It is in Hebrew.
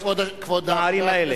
בערים האלה.